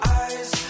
eyes